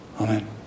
Amen